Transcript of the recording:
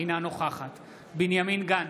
אינה נוכחת בנימין גנץ,